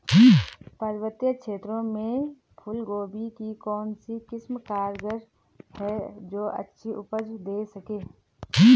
पर्वतीय क्षेत्रों में फूल गोभी की कौन सी किस्म कारगर है जो अच्छी उपज दें सके?